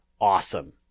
awesome